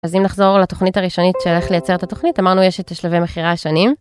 אז אם נחזור לתוכנית הראשונית שאיך לייצר את התוכנית אמרנו יש את שלבי מחירה השונים.